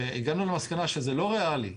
והגענו למסקנה שזה לא ריאלי.